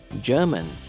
German